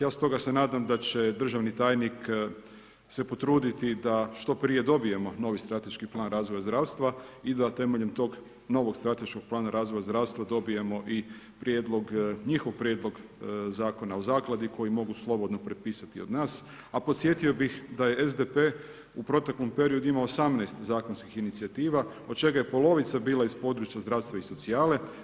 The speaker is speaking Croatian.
Ja stoga se nadam da će državni tajnik se potruditi da što prije dobijemo novi strateški plan razvoja zdravstva i da temeljem tog novog strateškog plana razvoja zdravstva dobijemo i prijedlog, njihov prijedlog Zakona o zakladi koji mogu slobodno prepisati od nas, a podsjetio bih da je SDP u proteklom periodu imao 18 zakonskih inicijativa, od čega je polovica bila iz područja zdravstva i socijale.